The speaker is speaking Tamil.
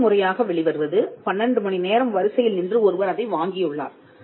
முதல்முறையாக வெளிவருவது 12 மணி நேரம் வரிசையில் நின்று ஒருவர் அதை வாங்கியுள்ளார்